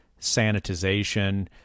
sanitization